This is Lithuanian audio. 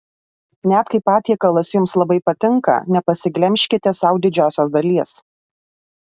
net kai patiekalas jums labai patinka nepasiglemžkite sau didžiosios dalies